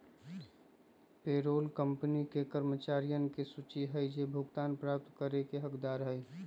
payroll company के कर्मचारियन के सूची हई जो भुगतान प्राप्त करे के हकदार हई